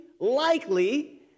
likely